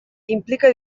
implica